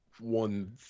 one